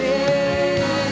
good